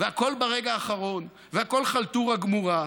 והכול ברגע האחרון, והכול חלטורה גמורה.